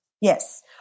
yes